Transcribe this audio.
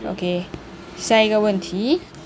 okay 下一个问题